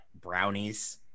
brownies